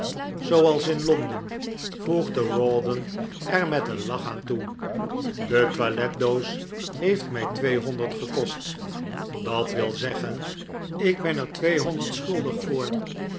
zooals in londen voegde rawdon er met een lach aan toe die toiletdoos heeft mij tweehonderd gekost dat wil zeggen ik ben er tweehonderd schuldig voor